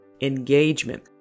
Engagement